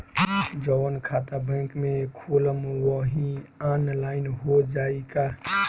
जवन खाता बैंक में खोलम वही आनलाइन हो जाई का?